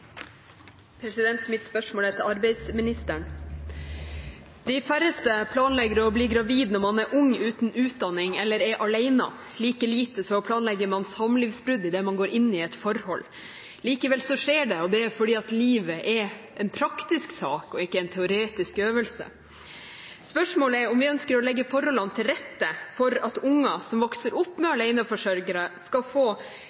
til arbeidsministeren. De færreste planlegger å bli gravid når man er ung uten utdanning, eller er alene. Like lite planlegger man samlivsbrudd idet man går inn i et forhold. Likevel skjer det. Det er fordi livet er en praktisk sak – og ikke en teoretisk øvelse. Spørsmålet er om vi ønsker å legge forholdene til rette for at unger som vokser opp med aleneforsørger, skal få